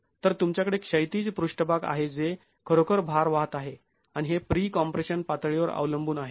तर तुमच्याकडे क्षैतिज पृष्ठभाग आहे जे खरोखर भार वाहत आहे आणि हे प्रीकॉम्प्रेशन पातळीवर अवलंबून आहे